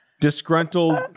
Disgruntled